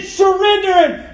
surrendering